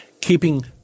keeping